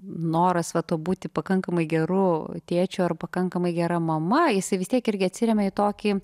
noras vat tuo būti pakankamai geru tėčiu ar pakankamai gera mama jisai vis tiek irgi atsiremia į tokį